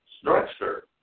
structure